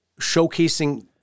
showcasing